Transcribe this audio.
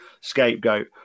scapegoat